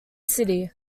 city